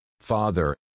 Father